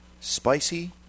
Spicy